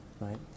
Right